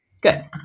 Good